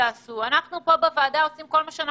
אנחנו בוועדה עושים כל מה שבידנו.